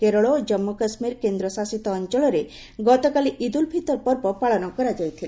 କେରଳ ଓ ଜାନ୍ଗୁ କାଶ୍ମୀର କେନ୍ଦ୍ର ଶାସିତ ଅଞ୍ଚଳରେ ଗତକାଲି ଇଦ୍ ଉଲ୍ ଫିତର ପର୍ବ ପାଳନ କରାଯାଇଥିଲା